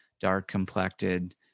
dark-complected